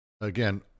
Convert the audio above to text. Again